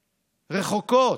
רחוקות.